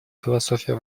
философия